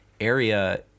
area